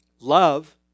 Love